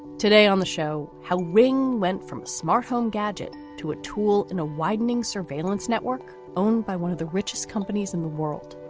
today on the show, how ring went from a smartphone gadget to a tool in a widening surveillance network owned by one of the richest companies in the world.